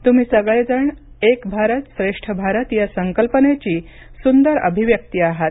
तुम्ही सगळेजण एक भारत श्रेष्ठ भारत या संकल्पनेची सुंदर अभिव्यक्ती आहात